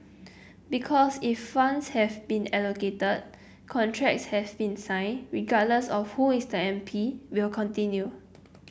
because if funds have been allocated contracts have been signed regardless of whoever is the M P will continue